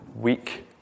weak